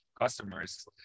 customers